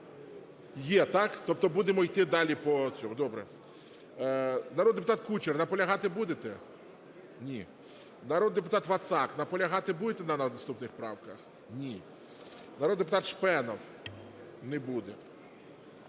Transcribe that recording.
Є, так? Тобто будемо йти далі по цьому? Добре. Народний депутат кучер, наполягати будете? Ні. Народний депутат Вацак, наполягати будете на наступних правках? Ні. Народний депутат Шпенов? Не буде.